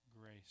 grace